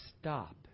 stop